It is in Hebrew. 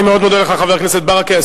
אני מאוד מודה לך, חבר הכנסת ברכה.